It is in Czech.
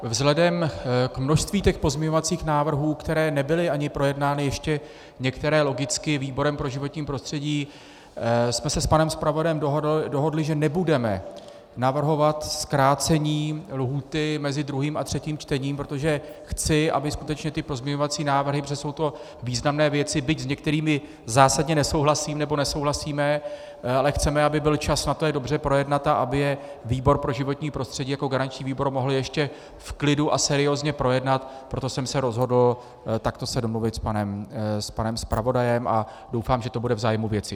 Vzhledem k množství pozměňovacích návrhů, které nebyly ani projednány, některé logicky ani výborem pro životní prostředí, jsme se s panem zpravodajem dohodli, že nebudeme navrhovat zkrácení lhůty mezi druhým a třetím čtením, protože chci, aby skutečně pozměňovací návrhy, protože jsou to významné věci, byť s některými zásadně nesouhlasím, nebo nesouhlasíme, ale chceme, aby byl čas na to je dobře projednat a aby je výbor pro životní prostředí jako garanční výbor mohl ještě v klidu a seriózně projednat, proto jsem se rozhodl takto se domluvit s panem zpravodajem a doufám, že to bude v zájmu věci.